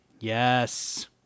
Yes